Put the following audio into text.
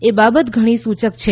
એ બાબત ઘણી સૂચક છે